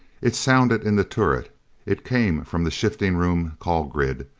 it sounded in the turret it came from the shifting room call grid.